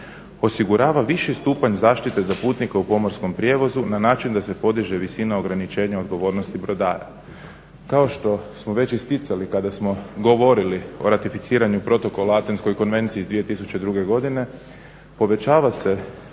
osigurava viši stupanj zaštite za putnike u pomorskom prijevozu na način da se podiže visina ograničenja odgovornosti brodara. Kao što smo već isticali kada smo govorili o ratificiranju protokola, Atenskoj konvenciji iz 2002. godine povećava se